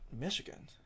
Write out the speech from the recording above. Michigan